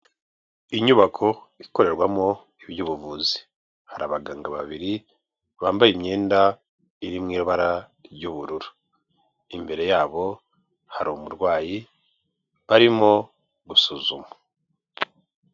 Inyubako ikorerwamo iby'ubuvuzi, hari abaganga babiri bambaye imyenda iri mu ibara ry'ubururu. Imbere yabo hari umurwayi barimo gusuzuma.